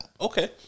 Okay